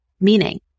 Meaning